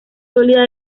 sólida